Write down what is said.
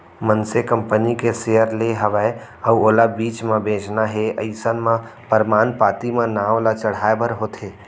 मनसे कंपनी के सेयर ले हवय अउ ओला बीच म बेंचना हे अइसन म परमान पाती म नांव ल चढ़हाय बर होथे